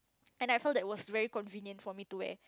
and I felt that it was very convenient for me to wear